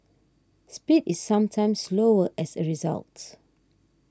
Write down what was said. speed is sometimes slower as a result